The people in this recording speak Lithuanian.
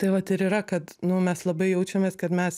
tai vat ir yra kad nu mes labai jaučiamės kad mes